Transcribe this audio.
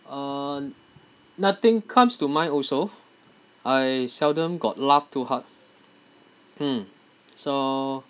uh nothing comes to mind also I seldom got laugh too hard mm so